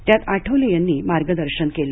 त्यात आठवले यांनी मार्गदर्शन केलं